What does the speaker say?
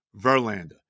Verlander